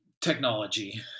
technology